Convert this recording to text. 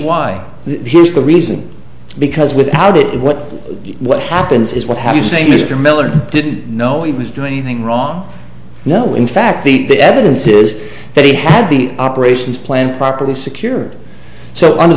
the here's the reason because without it what what happens is what have you say mr miller didn't know he was doing anything wrong no in fact the the evidence is that he had the operations planned properly secured so under